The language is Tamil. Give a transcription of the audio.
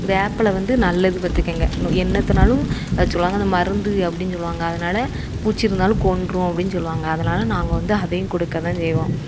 வேப்பில வந்து நல்லது பார்த்துக்குங்க என்னத்தைனாலும் அது சொல்வாங்க அது மருந்து அப்படின்னு சொல்வாங்க அதனால் பூச்சி இருந்தாலும் கொன்றுடும் அப்படின்னு சொல்வாங்க அதனால் நாங்கள் வந்து அதையும் கொடுக்க தான் செய்வோம்